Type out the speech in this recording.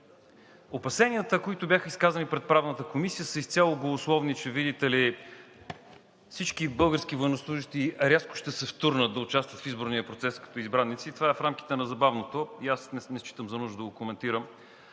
Опасенията, които бяха изказани пред Правната комисия, са изцяло голословни – видите ли, всички български военнослужещи рязко ще се втурнат да участват в изборния процес като избраници, това е в рамките на забавното и аз не считам за нужно да го коментирам,